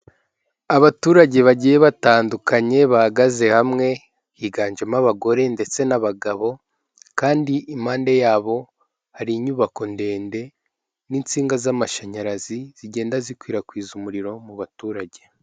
Abaturage bagiye batandukanye bahagaze hamwe, higanjemo abagore ndetse n'abagabo, kandi impande yabo hari inyubako ndende, n'insinga z'amashanyarazi zigenda zikwirakwiza umuriro mu baturage.